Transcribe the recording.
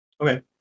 Okay